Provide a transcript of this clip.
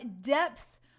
depth